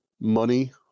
money